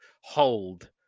hold